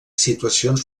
situacions